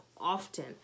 often